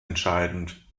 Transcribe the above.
entscheidend